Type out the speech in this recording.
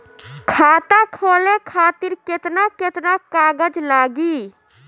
खाता खोले खातिर केतना केतना कागज लागी?